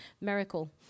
miracle